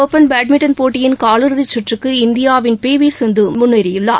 open badminton போட்டியின் காலிறதிச் கற்றுக்கு இந்தியாவின் பி வி சிந்து தாய்லாந்து முன்னேறியுள்ளார்